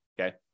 Okay